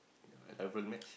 ya I never match